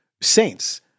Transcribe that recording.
saints